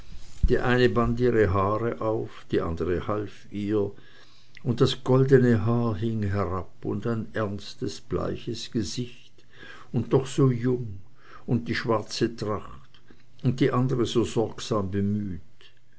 die eine band ihr haar auf die andre half ihr und das goldne haar hing herab und ein ernstes bleiches gesicht und doch so jung und die schwarze tracht und die andre so sorgsam bemüht